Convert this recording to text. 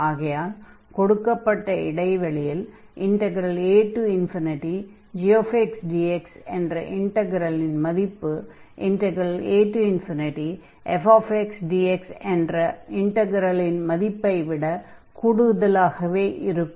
ஆகையால் கொடுக்கப்பட்ட இடைவெளியில் agxdx என்ற இன்டக்ரலின் மதிப்பு afxdx என்ற இன்டக்ரலின் மதிப்பை விட கூடுதலாகவே இருக்கும்